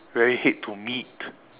very hate to meet